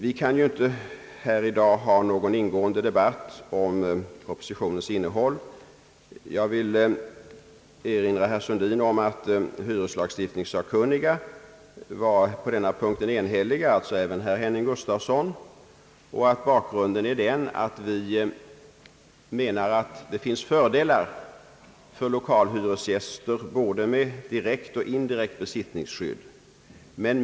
Vi kan ju inte här i dag ha någon ingående debatt om propositionens innehåll. Jag vill dock erinra herr Sundin om att hyreslagstiftningssakkunniga på denna punkt var eniga, inbegripet herr Henning Gustafsson. Bakgrunden är den att vi anser att det innebär fördelar för lokalhyresgäster både med direkt och indirekt besittningskydd.